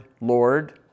Lord